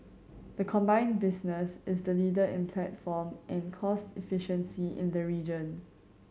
the combined business is the leader in platform and cost efficiency in the region